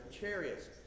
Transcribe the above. chariots